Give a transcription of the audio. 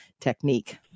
technique